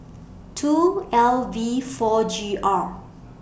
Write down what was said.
two L V four G R